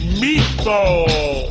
meatball